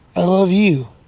i love you.